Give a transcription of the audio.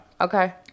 Okay